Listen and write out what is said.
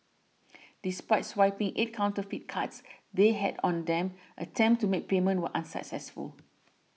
despite swiping eight counterfeit cards they had on them attempts to make payment were unsuccessful